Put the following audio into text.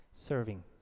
Serving